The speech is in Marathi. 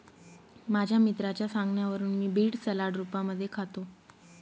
माझ्या मित्राच्या सांगण्यावरून मी बीड सलाड रूपामध्ये खातो